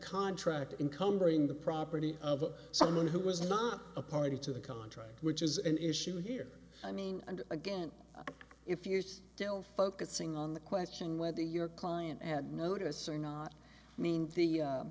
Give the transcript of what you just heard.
contract encumbering the property of someone who was not a party to the contract which is an issue here i mean and again if you're still focusing on the question whether your client and notice or not i mean the